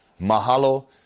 mahalo